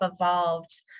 evolved